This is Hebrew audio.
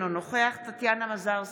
אינו נוכח טטיאנה מזרסקי,